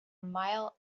mile